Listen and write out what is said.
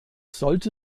sollte